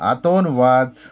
Anton Vaz